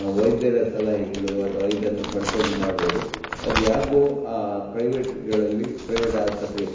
ವೈದ್ಯರ ಸಲಹೆಗಳು ಅಥವಾ ಇದನ್ನು ಪಡ್ಕೊಂಡು ಮಾಡ್ಬೋದು ಅಲ್ಲಿ ಯಾಕೊ ಆ ಪ್ರೈವೇಟ್ಗಳಲ್ಲಿ ಪ್ರೈವೇಟ್ ಆಸ್ಪತ್ರೆ